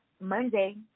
Monday